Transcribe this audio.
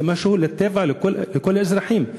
זה משהו מהטבע לכל האזרחים.